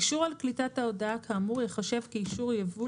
אישור על קליטת ההודעה כאמור ייחשב כאישור ייבוא